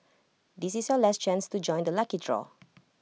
this is your last chance to join the lucky draw